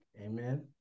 Amen